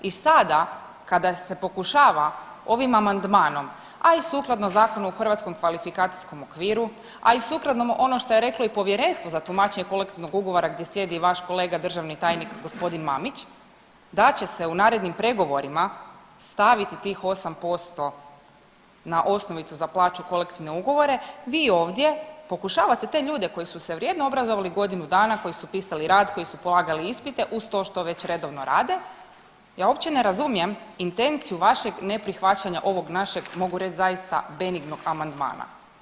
I sada kada se pokušava ovim amandmanom, a i sukladno Zakonu o Hrvatskom kvalifikacijskom okviru, a i sukladno onom što je reklo i Povjerenstvo za tumačenje kolektivnog ugovara gdje sjedi vaš kolega državni tajnik g. Mamić da će se u narednim pregovorima staviti tih 8% na osnovicu za plaću u kolektivne ugovore, vi ovdje pokušavate te ljude koji su se vrijedno obrazovali godinu dana, koji su pisali rad, koji su polagali ispite uz to što već redovno rade ja uopće ne razumijem intenciju vašeg neprihvaćanja ovog našeg mogu reć zaista benignog amandmana.